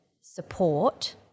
support